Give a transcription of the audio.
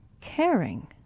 caring